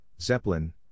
Zeppelin